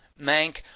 Mank